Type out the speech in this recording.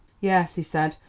yes, he said,